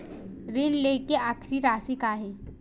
ऋण लेके आखिरी राशि का हे?